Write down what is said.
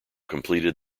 completed